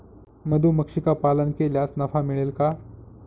मधुमक्षिका पालन केल्यास नफा मिळेल का?